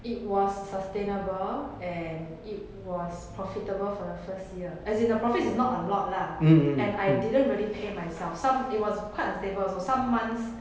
it was sustainable and it was profitable for the first year as in the profits is not a lot lah and I didn't really pay myself some it was quite unstable also some months